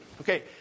Okay